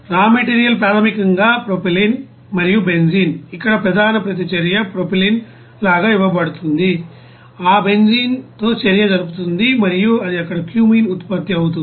రా మెటీరియల్ ప్రాథమికంగా ప్రొపైలిన్ మరియు బెంజీన్ ఇక్కడ ప్రధాన ప్రతిచర్య ప్రొపైలిన్ లాగా ఇవ్వబడుతుంది ఆ బెంజీన్తో చర్య జరుపుతుంది మరియు అది అక్కడ క్యూమీన్ ఉత్పత్తి అవుతుంది